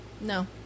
No